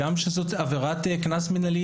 למרות שזאת יכולה להיות עבירת קנס מנהלי.